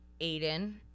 Aiden